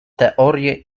teorie